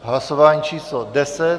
Hlasování číslo 10.